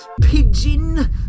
pigeon